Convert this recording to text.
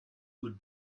would